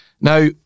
Now